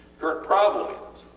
current problem is